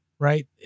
right